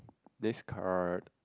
this card